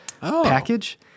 package